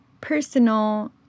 personal